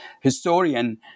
historian